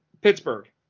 Pittsburgh